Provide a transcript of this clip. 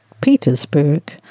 Petersburg